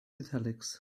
italics